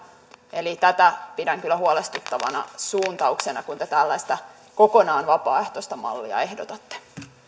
tätä pidän kyllä huolestuttavana suuntauksena kun te tällaista kokonaan vapaaehtoista mallia ehdotatte